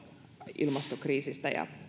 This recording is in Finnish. ilmastokriisistä ja